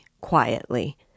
quietly